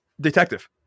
detective